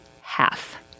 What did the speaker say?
half